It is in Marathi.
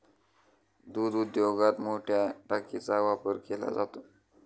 दूध उद्योगात मोठया टाकीचा वापर केला जातो